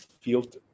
field